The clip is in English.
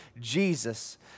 Jesus